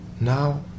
Now